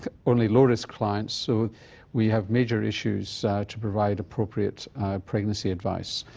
only low-risk clients, so we have major issues to provide appropriate pregnancy advice